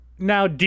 Now